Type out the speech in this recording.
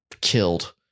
killed